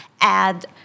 add